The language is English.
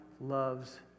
loves